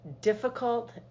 difficult